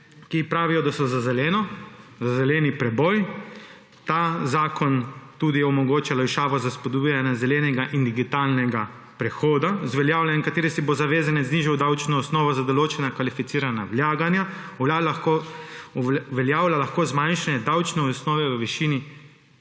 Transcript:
ki pravijo, da so za zeleno, za zeleni preboj. Ta zakon tudi omogoča olajšavo za spodbujanje zelenega in digitalnega prehoda, z uveljavljanjem katere si bo zavezanec znižal davčno osnovo za določena kvalificirana vlaganja, uveljavlja lahko zmanjšanje davčne osnove v višini,